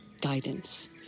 guidance